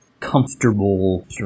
comfortable